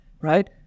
right